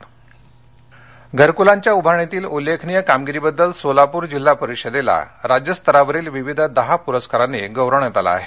घरकल उभारणी सोलापर घरकुलांच्या उभारणीतील उल्लेखनीय कामगिरीबद्दल सोलापूर जिल्हा परिषदेला राज्यस्तरावरील विविध दहा पुरस्कारांनी गौरवण्यात आलं आहे